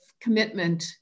commitment